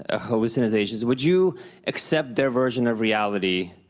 ah hallucinations, would you accept their version of reality,